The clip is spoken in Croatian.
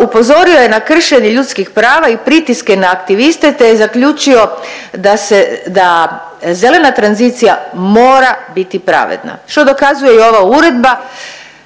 Upozorio je na kršenje ljudskih prava i pritiske na aktiviste te je zaključio da se, da zelena tranzicija mora biti pravedna što dokazuje i ova uredba.